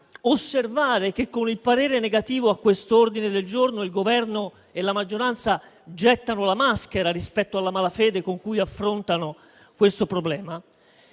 osservare che, con il parere negativo a questo ordine del giorno, il Governo e la maggioranza gettano la maschera rispetto alla malafede con cui affrontano questo problema,